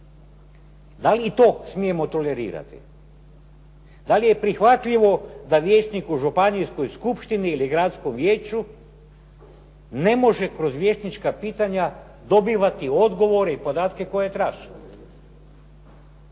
Da li i to smijemo tolerirati? Da li je prihvatljivo da vijećnik u županijskoj skupštini ili gradskom vijeću ne može kroz vijećnička pitanja dobivati odgovore i podatke koje je tražio?